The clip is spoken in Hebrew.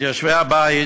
את יושבי הבית